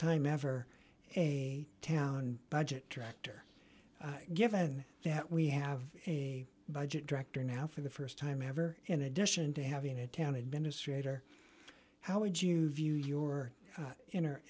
time ever a town budget director given that we have a budget director now for the st time ever in addition to having a town administrator how would you view your